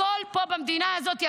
הכול יקר פה במדינה הזאת.